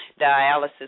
dialysis